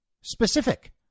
specific